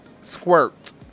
squirt